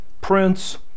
prince